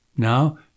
Now